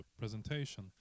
presentation